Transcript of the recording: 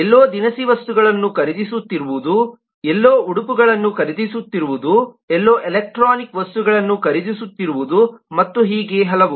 ಎಲ್ಲೋ ದಿನಸಿ ವಸ್ತುಗಳನ್ನು ಖರೀದಿಸುತ್ತಿರುವುದು ಎಲ್ಲೋ ಉಡುಪುಗಳನ್ನು ಖರೀದಿಸುತ್ತಿರುವುದು ಎಲ್ಲೋ ಎಲೆಕ್ಟ್ರಾನಿಕ್ ವಸ್ತುಗಳನ್ನು ಖರೀದಿಸುತ್ತಿರುವುದು ಮತ್ತು ಹೀಗೆ ಹಲವು